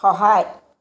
সহায়